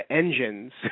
engines